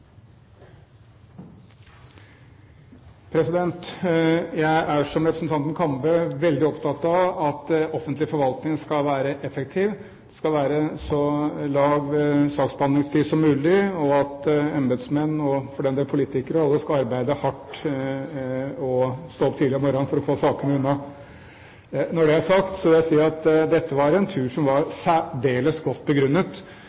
som representanten Kambe, veldig opptatt av at offentlig forvaltning skal være effektiv, at det skal være så kort saksbehandlingstid som mulig, og at embetsmenn og for den del politikere skal arbeide hardt og «stå tidlig opp om morran» for å få sakene unna. Når det er sagt, vil jeg si at dette var en tur som var særdeles godt begrunnet.